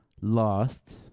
lost